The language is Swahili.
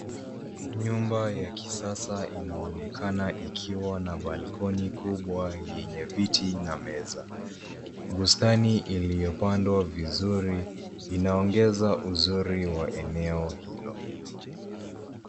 Nyumba ya kisasa inaonekana ikiwa na balkoni kubwa yenye viti na meza. Bustani iliyopandwa vizuri inaongeza uzuri wa eneo hilo.